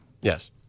Yes